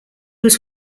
was